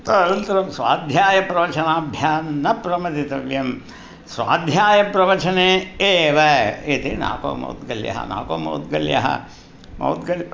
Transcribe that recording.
तदनन्तरं स्वाध्यायप्रवचनाभ्यां न प्रमदितव्यं स्वाध्यायप्रवचने एव इति नाको मौद्गल्यः नाको मौद्गल्यः मौद्गल्